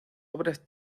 obras